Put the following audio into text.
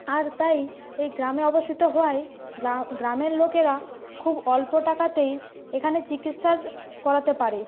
আর তাই এই গ্রামে অবস্থিত হওয়ায় গ্রামের লোকেরা খুব অল্প টাকাতেই এখানে চিকিৎসার করাতে পারে